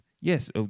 Yes